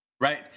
right